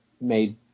made